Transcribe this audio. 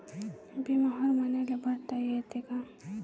बिमा हर मईन्याले भरता येते का?